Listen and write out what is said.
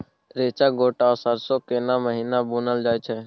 रेचा, गोट आ सरसो केना महिना बुनल जाय छै?